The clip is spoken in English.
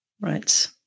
Right